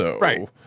Right